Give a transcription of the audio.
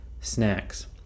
snacks